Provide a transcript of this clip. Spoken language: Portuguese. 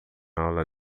aula